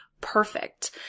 perfect